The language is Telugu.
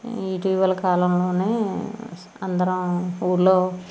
ఇటీవల కాలంలోనే అందరం ఊళ్ళో